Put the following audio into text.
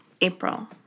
April